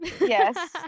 yes